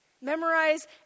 Memorize